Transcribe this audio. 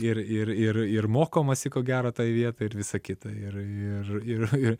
ir ir ir ir mokomasi ko gero toj vietoj ir visa kita ir ir ir ir